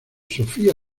sofia